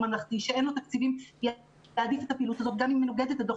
ממלכתי שאין לו תקציבים יעדיף את הפעילות הזאת גם אם היא נוגדת את דוח